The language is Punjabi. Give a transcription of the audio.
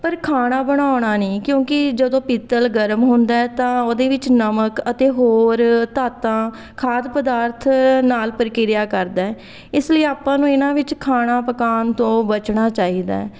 ਪਰ ਖਾਣਾ ਬਣਾਉਣਾ ਨਹੀਂ ਕਿਉਂਕਿ ਜਦੋਂ ਪਿੱਤਲ ਗਰਮ ਹੁੰਦਾ ਹੈ ਤਾਂ ਉਹਦੇ ਵਿੱਚ ਨਮਕ ਅਤੇ ਹੋਰ ਧਾਤਾਂ ਖਾਦ ਪਦਾਰਥ ਨਾਲ ਪ੍ਰਕਿਰਿਆ ਕਰਦਾ ਹੈ ਇਸ ਲਈ ਆਪਾਂ ਨੂੰ ਇਹਨਾਂ ਵਿੱਚ ਖਾਣਾ ਪਕਾਉਣ ਤੋਂ ਬਚਣਾ ਚਾਹੀਦਾ ਹੈ